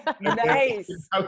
Nice